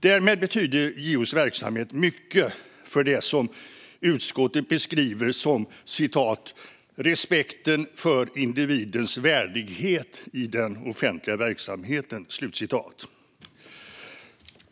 Därmed betyder JO:s verksamhet mycket för det som utskottet beskriver som "respekten för individens värdighet i den offentliga verksamheten".